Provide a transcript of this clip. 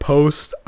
post